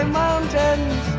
mountains